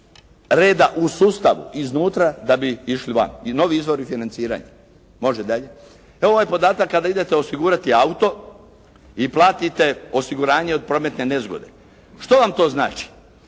reda u sustavu iznutra da bi išli van i novi izvori financiranja. E ovo je podatak kada idete osigurati auto i platite osiguranje od prometne nezgode. Što vam to znači?